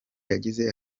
yagize